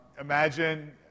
Imagine